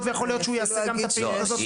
ויכול להיות שהוא יעשה גם את הפעילות הזאת.